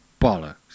Bollocks